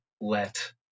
let